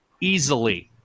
easily